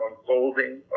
unfolding